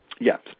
Yes